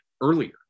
earlier